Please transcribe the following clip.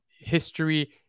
history